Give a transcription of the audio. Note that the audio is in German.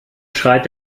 schreit